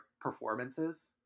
performances